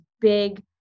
big